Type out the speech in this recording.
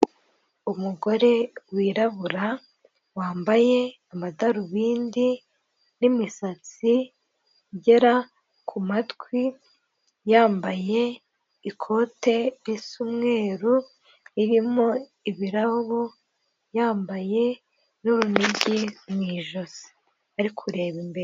Umugore wirabura, wambaye amadarubindi, n'imisatsi igera ku matwi, yambaye ikote risa umweru, ririmo ibirabo, yambaye n'urunigi mu ijosi, ari kureba imbere.